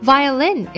Violin